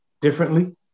differently